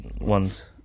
ones